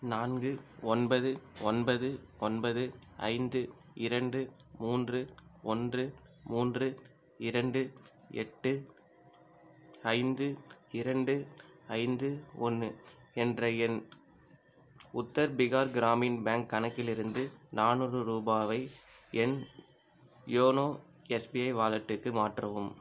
நான்கு ஒன்பது ஒன்பது ஒன்பது ஐந்து இரண்டு மூன்று ஒன்று மூன்று இரண்டு எட்டு ஐந்து இரண்டு ஐந்து ஒன்று என்ற என் உத்தர் பீகார் கிராமின் பேங்க் கணக்கிலிருந்து நானூறு ரூபாயை என் யோனோ எஸ்பிஐ வாலெட்டுக்கு மாற்றவும்